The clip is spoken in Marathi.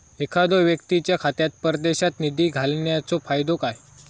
एखादो व्यक्तीच्या खात्यात परदेशात निधी घालन्याचो फायदो काय?